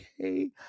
okay